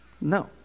no